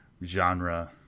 genre